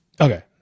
Okay